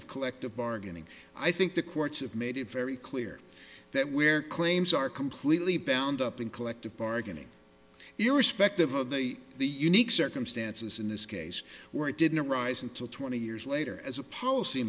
of collective bargaining i think the courts have made it very clear that where claims are completely bound up in collective bargaining irrespective of the the unique circumstances in this case where it didn't arise until twenty years later as a policy